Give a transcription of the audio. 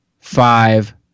Five